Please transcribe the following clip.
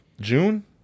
june